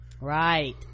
right